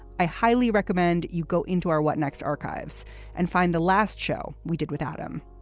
i highly recommend you go into our what next archives and find the last show we did without him.